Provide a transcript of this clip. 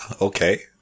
Okay